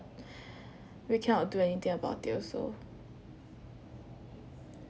we cannot do anything about it also